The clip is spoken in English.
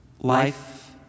life